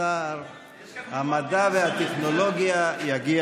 ששר המדע והטכנולוגיה יגיע